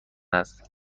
است